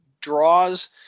draws